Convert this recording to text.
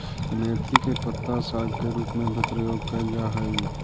मेथी के पत्ता साग के रूप में भी प्रयोग कैल जा हइ